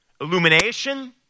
illumination